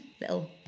little